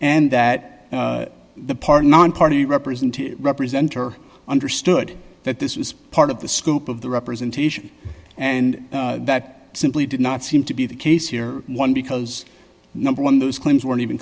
and that the parthenon party represented represent or understood that this was part of the scope of the representation and that simply did not seem to be the case here one because number one those claims were even